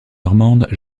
normande